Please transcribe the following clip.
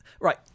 right